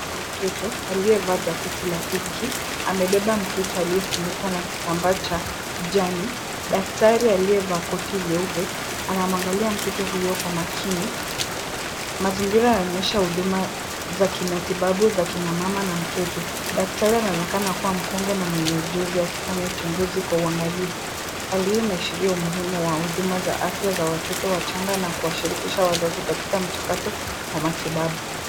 Mama wa mtoto aliyevaa jaketi ya pinki, amebeba mtoto aliyefunikwa na kitambaa cha kijani, Daktari aliyevaa koti jeupe anawangalia mtoto huyo kwa makini. Mazingira yanaonyesha huduma za kimatibabu za kinamama na mtoto. Daktari anaonekana kuwa mkonge na mwenye ujuzi akifanya uchunguzi kwa uwangalifu. Hali hii inaashiria umuhimu wa huduma za afya za watoto wachanga na kuwashirikisha wazazi katika mchakato wa matibabu.